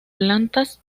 plantas